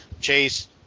chase